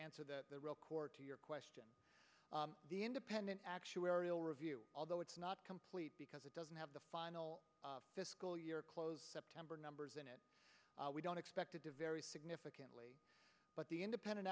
answer that the real core to your question the independent actuarial review although it's not complete because it doesn't have the final fiscal year close september numbers and we don't expect it to vary significantly but the independent